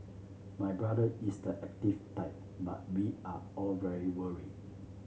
my brother is the active type but we are all very worried